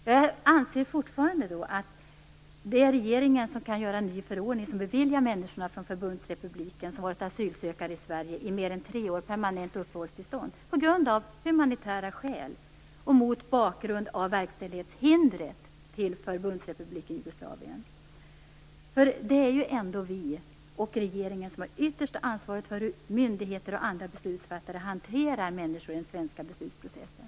Jag anser fortfarande att det är regeringen som kan göra en ny förordning som beviljar människorna från förbundsrepubliken som har varit asylsökande i mer än tre år permanent uppehållstillstånd, av humanitära skäl och mot bakgrund av verkställighetshindret till förbundsrepubliken Jugoslavien. Det är ändå vi och regeringen som har det yttersta ansvaret för hur myndigheter och andra beslutsfattare hanterar människor i den svenska beslutsprocessen.